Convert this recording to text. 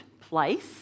place